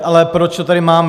Ale proč to tady máme?